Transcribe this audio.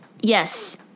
Yes